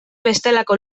bestelako